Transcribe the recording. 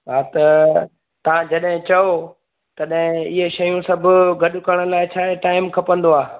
हा त तां जॾहिं चओ तॾहिं इहे शयूं सभु गॾु करण लाइ छा ऐं टाइम खपंदो आहे